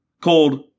called